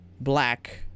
Black